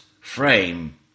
frame